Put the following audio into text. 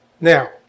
Now